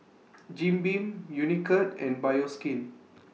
Jim Beam Unicurd and Bioskin